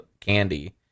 candy